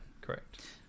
correct